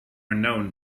known